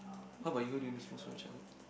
how about you what do you miss most about your childhood